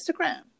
instagram